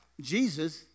Jesus